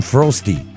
Frosty